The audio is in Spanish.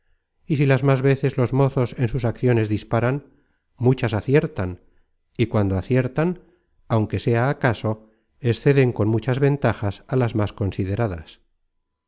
y si las más veces los mozos en sus acciones disparan muchas aciertan y cuando aciertan aunque sea acaso exceden con muchas ventajas a las más consideradas